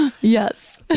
Yes